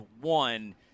one